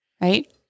Right